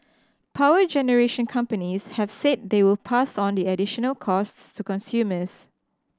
power generation companies have said they will pass on the additional costs to consumers